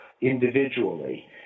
individually